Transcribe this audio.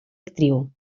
actriu